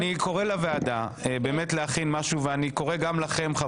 אני קורא לוועדה להכין משהו ואני קורא גם לכם חברי הכנסת.